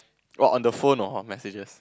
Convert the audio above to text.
orh on the phone or messages